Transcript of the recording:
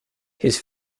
his